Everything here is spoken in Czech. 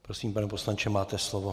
Prosím, pane poslanče, máte slovo.